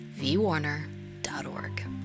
vwarner.org